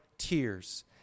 Tears